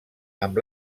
amb